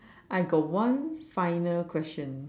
I got one final question